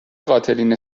قاتلین